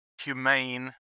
humane